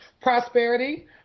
Prosperity